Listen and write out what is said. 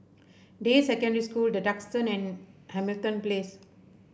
Deyi Secondary School The Duxton and Hamilton Place